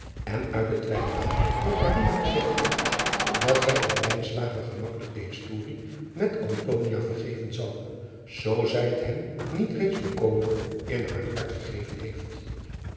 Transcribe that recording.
en uit het weinige dat gezegd heeft dat zij aan gemakkelijk de historie met vergeven zal zoo zij het hem niet reeds volkomen in haar hart vergeven heeft